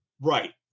Right